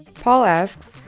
paul asks,